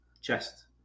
chest